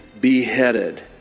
beheaded